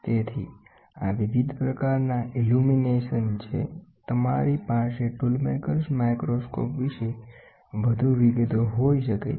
તેથી આ વિવિધ પ્રકારનાં ઇલ્યુમીનેશન છે તમારી પાસે ટૂલ મેકર્સ માઈક્રોસ્કોપનો વિશે વધુ વિગતો હોઈ શકે છે